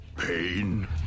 Pain